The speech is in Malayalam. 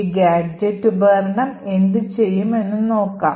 ഈ ഗാഡ്ജെറ്റ് ഉപകരണം എന്തുചെയ്യും എന്ന് നോക്കാം